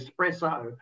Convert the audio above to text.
espresso